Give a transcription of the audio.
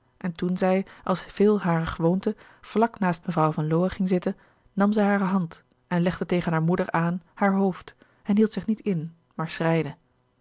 en toen zij als veel hare gewoonte vlak naast mevrouw van lowe ging zitten nam zij hare hand en legde tegen haar moeder aan haar hoofd en hield zich niet in maar